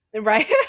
right